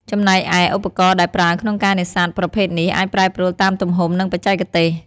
ចំណែកឯ ឧបករណ៍ដែលប្រើក្នុងការនេសាទប្រភេទនេះ អាចប្រែប្រួលតាមទំហំ និងបច្ចេកទេស។